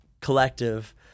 collective